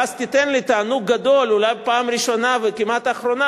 ואז תיתן לי תענוג גדול אולי בפעם הראשונה וכמעט אחרונה